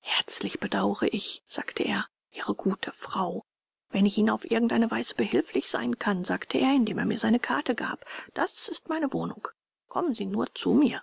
herzlich bedaure ich sagte er ihre gute frau wenn ich ihnen auf irgend eine weise behilflich sein kann sagte er indem er mir seine karte gab das ist meine wohnung kommen sie nur zu mir